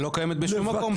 היא לא קיימת בשום מקום אבל.